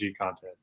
contest